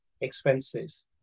expenses